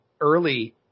early